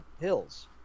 Hills